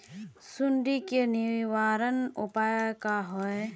सुंडी के निवारण उपाय का होए?